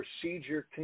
procedure